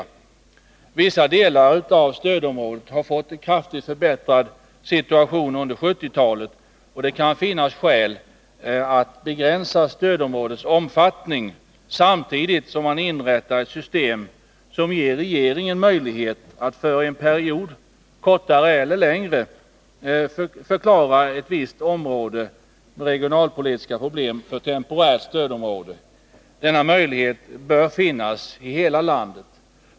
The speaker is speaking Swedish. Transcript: Vissa delar av stödområdet har fått en kraftigt förbättrad situation under 1970-talet, och det kan finnas skäl att begränsa stödområdets omfattning, samtidigt som man inrättar ett system som ger regeringen möjlighet att för en period — kortare eller längre — förklara ett visst område med regionalpolitiska problem som temporärt stödområde. Denna möjlighet bör finnas i hela landet.